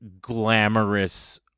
glamorous